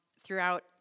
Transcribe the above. throughout